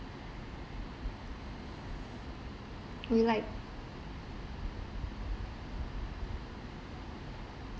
would you like